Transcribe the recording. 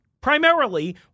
Primarily